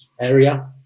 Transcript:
area